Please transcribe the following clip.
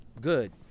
Good